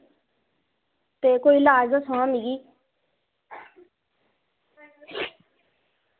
ते कोई लाज़ दस्सो आं मिगी